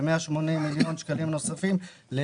ו-180 מיליון שקלים נוספים ניתנים